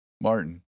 Martin